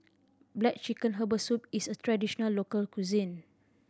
black chicken herbal soup is a traditional local cuisine